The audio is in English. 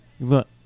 look